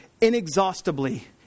inexhaustibly